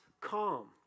calm